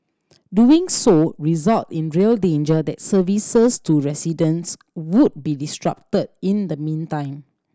doing so result in a real danger that services to residents would be disrupted in the meantime